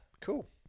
cool